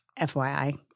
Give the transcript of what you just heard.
FYI